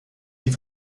die